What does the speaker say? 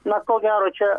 na ko gero čia